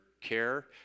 care